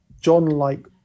John-like